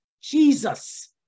Jesus